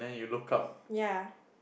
ya